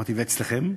אמרתי: ואצלכם?